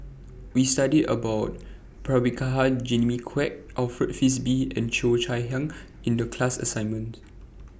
We studied about Prabhakara Jimmy Quek Alfred Frisby and Cheo Chai Hiang in The class assignment